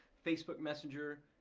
facebook messenger,